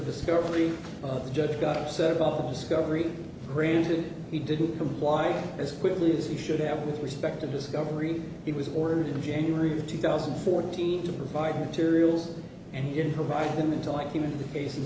discovery the judge got set up discovery granted he didn't comply as quickly as he should have the respect of discovery he was ordered in january of two thousand and fourteen to provide materials and he didn't provide them until i came into the case in